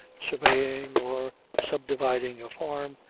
surveying, or subdividing a farm,